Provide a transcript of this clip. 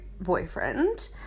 boyfriend